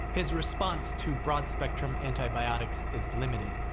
his response to broad spectrum antibiotics is limited.